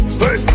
hey